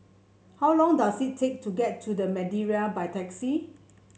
how long does it take to get to The Madeira by taxi